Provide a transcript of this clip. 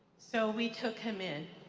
so we took him in,